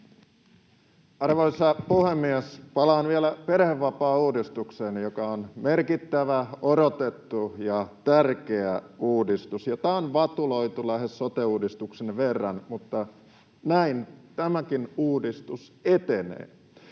Arvoisa puhemies! Palaan vielä perhevapaauudistukseen, joka on merkittävä, odotettu ja tärkeä uudistus, jota on vatuloitu lähes sote-uudistuksen verran, mutta näin tämäkin uudistus etenee.